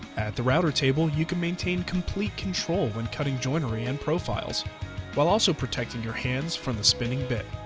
at the router table, you can maintain complete control when cutting joinery and profiles while also protecting your hands from the spinning bit.